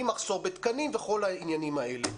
ממחסור בתקנים וכל העניינים האלה.